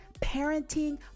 parenting